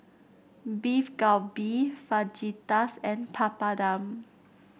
Beef Galbi Fajitas and Papadum